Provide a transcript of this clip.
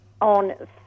on